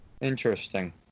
Interesting